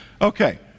Okay